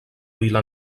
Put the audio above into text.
vila